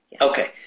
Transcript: Okay